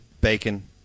bacon